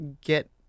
get